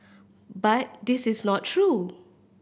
but this is not true